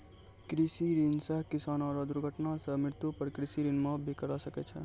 कृषि ऋण सह किसानो रो दुर्घटना सह मृत्यु पर कृषि ऋण माप भी करा सकै छै